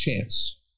chance